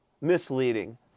misleading